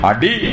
Adi